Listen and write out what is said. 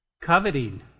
Coveting